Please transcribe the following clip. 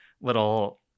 little